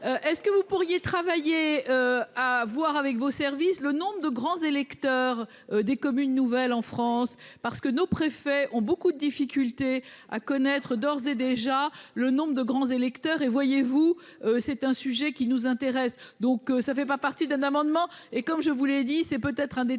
est-ce que vous pourriez travailler à voir avec vos services le nombre de grands électeurs des communes nouvelles en France parce que nos préfets ont beaucoup de difficultés à connaître d'ores et déjà, le nombre de grands électeurs et voyez-vous, c'est un sujet qui nous intéresse, donc ça fait pas partie d'un amendement et comme je vous l'ai dit, c'est peut-être un détail